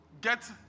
Get